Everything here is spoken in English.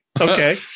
Okay